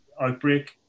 outbreak